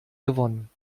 gewonnen